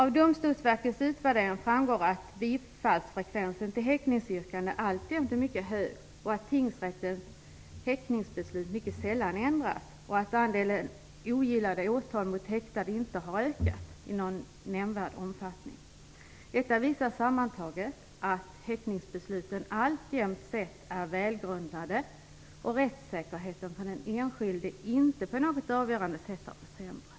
Av Domstolsverkets utvärdering framgår att bifallsfrekvensen till häktningsyrkanden alltjämt är mycket hög, att tingsrättens häktningsbeslut mycket sällan ändras och att andelen ogillade åtal mot häktade inte har ökat i någon nämnvärd omfattning. Detta visar sammantaget att häktningsbesluten allmänt sett är välgrundade och att rättssäkerheten för den enskilde inte på något avgörande sätt har försämrats. Fru talman!